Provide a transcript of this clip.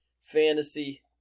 fantasy